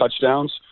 touchdowns